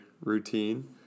routine